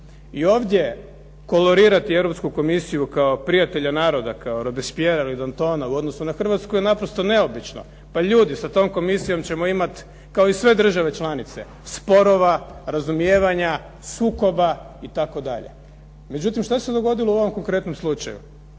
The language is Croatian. I ovdje kolorirati Europsku komisiju kao prijatelja naroda, kao … /Govornik se ne razumije./… u odnosu na Hrvatsku je naprosto neobično. Pa ljudi sa tom komisijom ćemo imati kao i sve države članice sporova, razumijevanja, sukoba itd. Međutim što se dogodilo u ovom konkretnom slučaju?